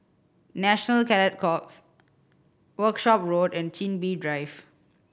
National Cadet Corps Workshop Road and Chin Bee Drive